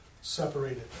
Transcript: separated